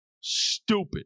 Stupid